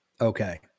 Okay